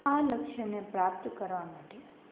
આ લક્ષ્યને પ્રાપ્ત કરવા માટે